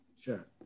Sure